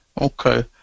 okay